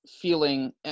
feeling